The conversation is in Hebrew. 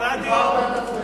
ברדיו,